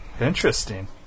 Interesting